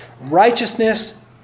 righteousness